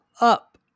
up